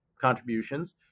contributions